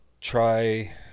try